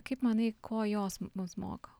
kaip manai ko jos mus moko